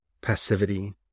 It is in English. passivity